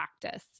practice